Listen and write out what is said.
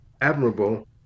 admirable